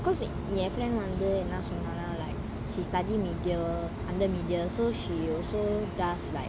cause ஏன்:yean friend வந்து என்ன சொன்னனான:vanthu enna sonnnana like she study media under media so she also does like